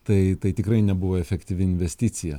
tai tai tikrai nebuvo efektyvi investicija